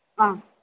ஆ